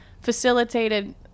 facilitated